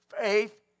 Faith